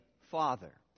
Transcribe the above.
Father